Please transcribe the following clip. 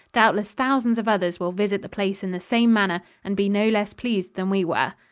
doubtless thousands of others will visit the place in the same manner, and be no less pleased than we were.